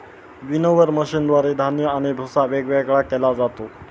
winnower मशीनद्वारे धान्य आणि भुस्सा वेगवेगळा केला जातो